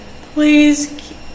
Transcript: please